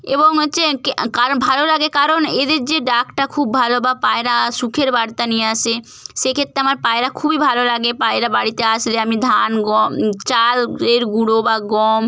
এবং হচ্ছে ভালো লাগে কারণ এদের যে ডাকটা খুব ভালো বা পায়রা সুখের বার্তা নিয়ে আসে সেক্ষেত্রে আমার পায়রা খুবই ভালো লাগে পায়রা বাড়িতে আসে যায় আমি ধান গম চাল এর গুঁড়ো বা গম